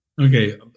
Okay